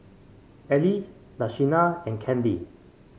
Arley Luciana and Candy